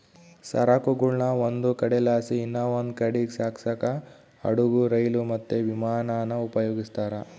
ಸರಕುಗುಳ್ನ ಒಂದು ಕಡೆಲಾಸಿ ಇನವಂದ್ ಕಡೀಗ್ ಸಾಗ್ಸಾಕ ಹಡುಗು, ರೈಲು, ಮತ್ತೆ ವಿಮಾನಾನ ಉಪಯೋಗಿಸ್ತಾರ